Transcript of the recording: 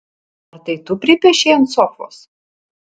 ar tai tu pripiešei ant sofos